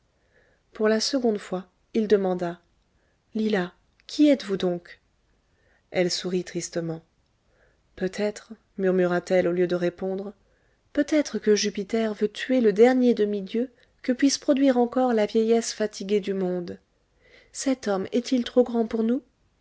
pour la seconde fois il demanda lila qui êtes-vous donc elle sourit tristement peut-être murmura-t-elle au lieu de répondre peut-être que jupiter veut tuer le dernier demi-dieu que puisse produire encore la vieillesse fatiguée du monde cet homme est-il trop grand pour nous